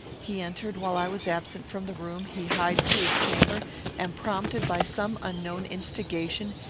he entered while i was absent from the room he hied to his chamber and, prompted by some unknown instigation,